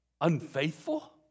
unfaithful